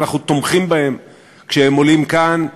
אנחנו תומכים בהם כשהם עולים כאן.